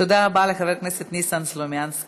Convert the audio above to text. תודה רבה לחבר הכנסת ניסן סלומינסקי.